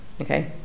okay